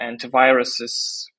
antiviruses